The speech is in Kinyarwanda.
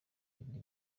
indi